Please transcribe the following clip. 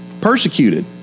persecuted